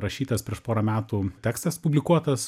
rašytas prieš porą metų tekstas publikuotas